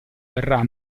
verrà